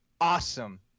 awesome